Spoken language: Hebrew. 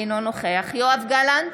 אינו נוכח יואב גלנט,